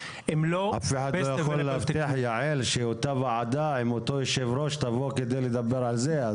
אף אחד לא יכול להבטיח שאותה ועדה עם אותו יושב ראש תבוא לדבר על זה.